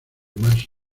más